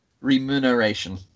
Remuneration